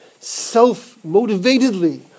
self-motivatedly